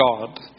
God